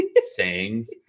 sayings